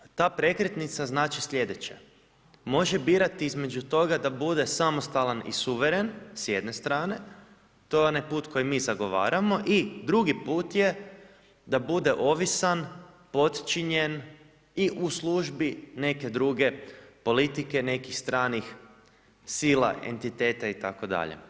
Ta prekretnica znači sljedeće, može birati između toga, da bude samostalan i suvremen s jedne strane, to je onaj put kojeg mi zagovaramo i drugi put je da bude ovisan, podčinjen i u službi neke druge politike, nekih stranih sila, entiteta itd.